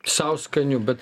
sau skanių bet